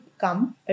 come